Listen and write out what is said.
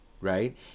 right